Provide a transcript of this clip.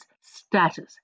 status